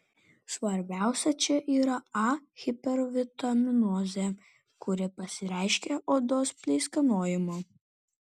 svarbiausia čia yra a hipervitaminozė kuri pasireiškia odos pleiskanojimu